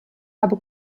habe